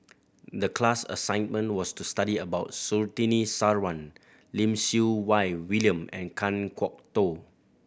the class assignment was to study about Surtini Sarwan Lim Siew Wai William and Kan Kwok Toh